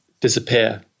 disappear